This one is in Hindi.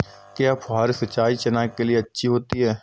क्या फुहारी सिंचाई चना के लिए अच्छी होती है?